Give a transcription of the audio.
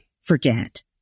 forget